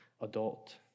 adult